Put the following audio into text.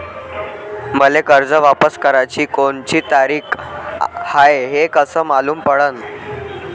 मले कर्ज वापस कराची कोनची तारीख हाय हे कस मालूम पडनं?